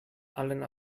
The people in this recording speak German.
allen